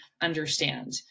understand